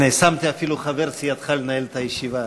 הנה, שמתי אפילו חבר סיעתך לנהל את הישיבה,